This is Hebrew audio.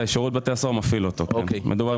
הניח שם קלפי, וגם